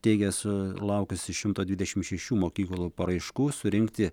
teigė sulaukusi šimto dvidešimt šešių mokyklų paraiškų surinkti